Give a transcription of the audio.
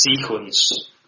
sequence